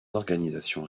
organisations